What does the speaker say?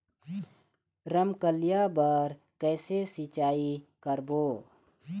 रमकलिया बर कइसे सिचाई करबो?